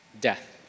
Death